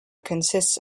consists